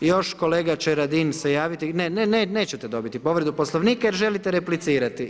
Još kolega će Radin se javiti …... [[Upadica se ne čuje.]] Ne, ne, nećete dobiti povredu Poslovnika jer želite replicirati.